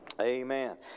Amen